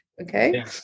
Okay